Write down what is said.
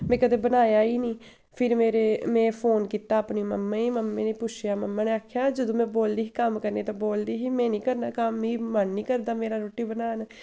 में कदें बनाया गै निं फिर मेरे में फोन कीता अपनी मम्मा गी मम्मी गी पुच्छेआ मम्मा ने आखेआ जदूं में बोलदी ही कम्म करने गी ते बोलदी ही में निं करना कम्म मी मन निं करदा मेरा रुट्टी बनाने दा